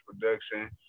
production